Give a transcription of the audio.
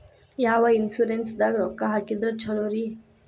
ಯಾವ ಇನ್ಶೂರೆನ್ಸ್ ದಾಗ ರೊಕ್ಕ ಹಾಕಿದ್ರ ಛಲೋರಿ?